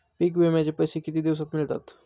पीक विम्याचे पैसे किती दिवसात मिळतात?